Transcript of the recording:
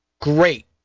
Great